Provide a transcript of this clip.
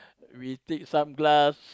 we take some glass